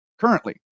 currently